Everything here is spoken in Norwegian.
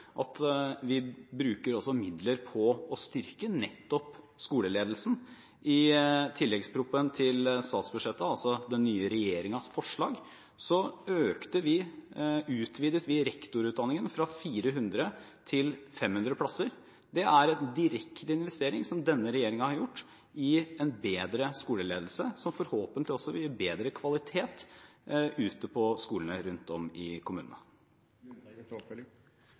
at vi bruker også midler på å styrke nettopp skoleledelsen. I tilleggsproposisjonen til statsbudsjettet, altså den nye regjeringens forslag, utvidet vi rektorutdanningen fra 400 til 500 plasser. Det er en direkte investering i en bedre skoleledelse som denne regjeringen har gjort, som forhåpentlig også vil gi bedre kvalitet på skolene rundt om i kommunene.